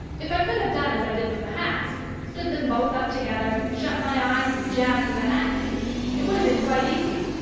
if i could have done as i did with the hats stood them both up together, shut my eyes, and jabbed with a hatpin it would have been quite easy.